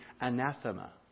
anathema